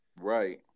Right